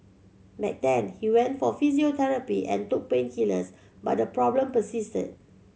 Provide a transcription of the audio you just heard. back then he went for physiotherapy and took painkillers but the problem persisted